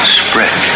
spread